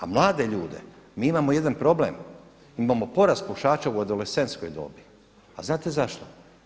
A mlade ljude, mi imamo jedan problem, imamo porast pušača u adolescentskoj dobi, a znate zašto?